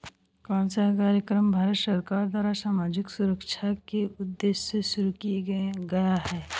कौन सा कार्यक्रम भारत सरकार द्वारा सामाजिक सुरक्षा के उद्देश्य से शुरू किया गया है?